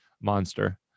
monster